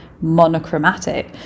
monochromatic